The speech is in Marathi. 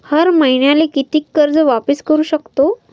हर मईन्याले कितीक कर्ज वापिस करू सकतो?